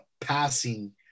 passing